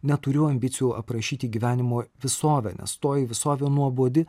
neturiu ambicijų aprašyti gyvenimo visovę nes toji visovė nuobodi